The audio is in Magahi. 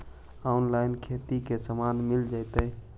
औनलाइन खेती के सामान मिल जैतै का?